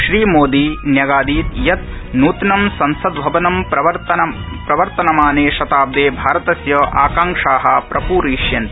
श्री मोदी न्यगादीत् यत् नूत्नं संसद् भवनं प्रवर्तमानशताब्दे भारतस्य आकांक्षा प्रपूरयिष्यते